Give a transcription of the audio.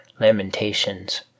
lamentations